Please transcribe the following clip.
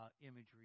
imagery